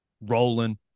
rolling